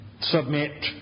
submit